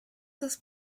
das